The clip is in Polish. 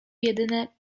jedyne